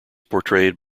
portrayed